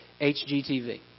HGTV